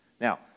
Now